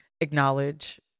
acknowledge